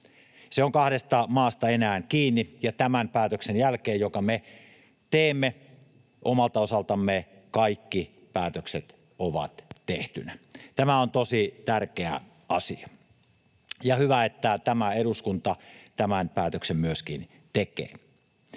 Se on kahdesta maasta enää kiinni, ja tämän päätöksen jälkeen, jonka me teemme omalta osaltamme, kaikki päätökset ovat tehtynä. Tämä on tosi tärkeä asia, ja on hyvä, että tämä eduskunta tämän päätöksen myöskin tekee.